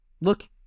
Look